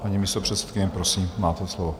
Paní místopředsedkyně, prosím, máte slovo.